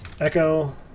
echo